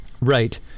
right